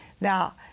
Now